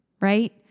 right